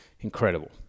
incredible